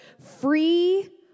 free